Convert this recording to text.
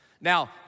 Now